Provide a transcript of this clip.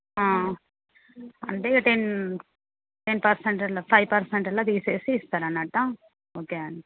అంటే ten ten percent అలా five percent అలా తీసేసి ఇస్తారు అన్నట్టా ఓకే అండి